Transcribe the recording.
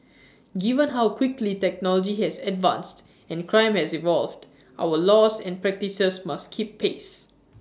given how quickly technology has advanced and crime has evolved our laws and practices must keep pace